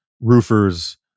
roofers